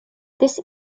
this